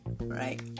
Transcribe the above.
right